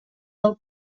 del